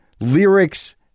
lyrics